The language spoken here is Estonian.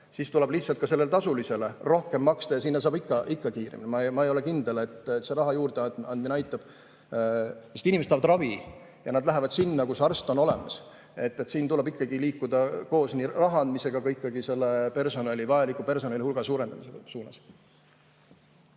siis tuleb lihtsalt ka sellele tasulisele rohkem maksta ja sinna saab ikka kiiremini. Ma ei ole kindel, et see raha juurde andmine aitab, sest inimesed tahavad ravi ja nad lähevad sinna, kus arst on olemas. Siin tuleb liikuda koos raha andmisega ikkagi selle vajaliku personali hulga suurendamise suunas.